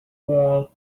wall